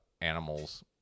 animals